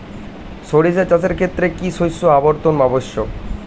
সরিষা চাষের ক্ষেত্রে কি শস্য আবর্তন আবশ্যক?